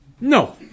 No